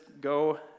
go